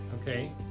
Okay